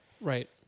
Right